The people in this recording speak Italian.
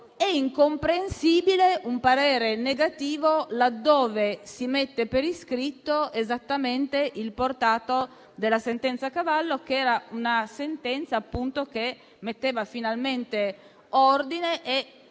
È incomprensibile un parere negativo, laddove si mette per iscritto esattamente il portato della sentenza Cavallo, che metteva finalmente ordine e